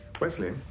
Wesley